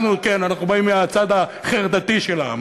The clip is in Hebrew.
אנחנו, כן, אנחנו באים מהצד החרדתי של העם.